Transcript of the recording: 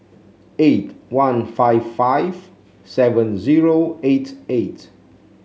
eight one five five seven zero eight eight